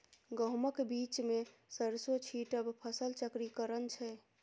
गहुमक बीचमे सरिसों छीटब फसल चक्रीकरण छै